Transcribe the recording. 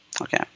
okay